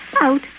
Out